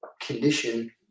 condition